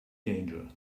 danger